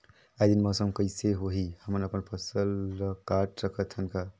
आय दिन मौसम कइसे होही, हमन अपन फसल ल काट सकत हन का?